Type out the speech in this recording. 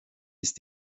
ist